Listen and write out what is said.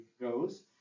goes